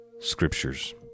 scriptures